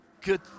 good